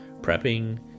prepping